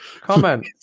Comment